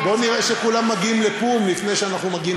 השר, השר, תסביר, רק שנייה,